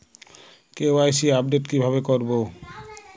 KYC update কিভাবে করবো?